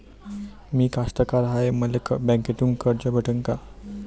मी कास्तकार हाय, मले बँकेतून कर्ज भेटन का?